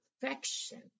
perfection